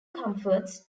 comforts